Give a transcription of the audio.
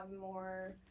more